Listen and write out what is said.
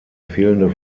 fehlende